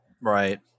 Right